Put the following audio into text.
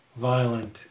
violent